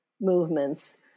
movements